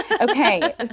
Okay